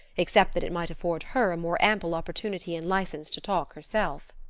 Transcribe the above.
except that it might afford her a more ample opportunity and license to talk herself.